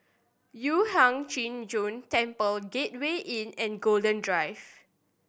Yu Huang Zhi Zun Temple Gateway Inn and Golden Drive